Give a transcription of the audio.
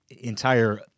entire